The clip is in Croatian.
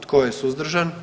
Tko je suzdržan?